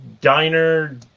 diner